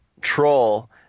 troll